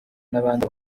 nabandi